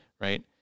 right